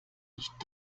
nicht